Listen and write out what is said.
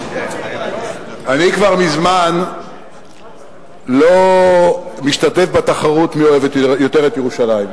אני כבר מזמן לא משתתף בתחרות מי אוהב יותר את ירושלים.